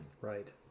Right